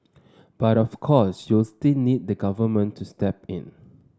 but of course you'll still need the government to step in